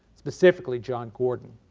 specifically john gordon.